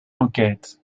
enquête